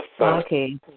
Okay